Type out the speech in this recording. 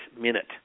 minute